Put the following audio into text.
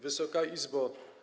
Wysoka Izbo!